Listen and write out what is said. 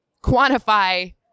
quantify